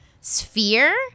sphere